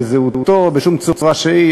בזהותו או בשום צורה שהיא.